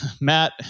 Matt